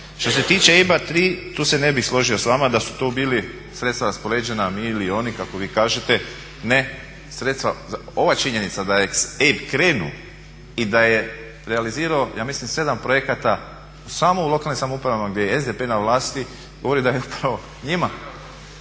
Što se tiče EIB-a tri tu se ne bih složio sa vama da su tu bili sredstva raspoređena mi ili oni kako vi kažete, ne sredstva. Ova činjenica da je EIB krenuo i da je realizirao ja mislim 7 projekata samo u lokalnim samoupravama gdje je SDP na vlasti govori da je upravo njima,